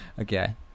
Okay